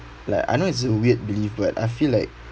like I know it's a weird belief but I feel like